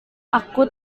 aku